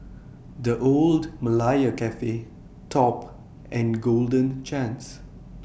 The Old Malaya Cafe Top and Golden Chance